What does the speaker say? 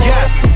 Yes